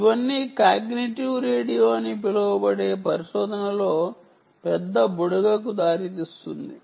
ఇవన్నీ cognitive radio అని పిలువబడే పరిశోధనలో పెద్ద బుడగకు దారితీస్తుంది